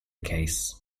case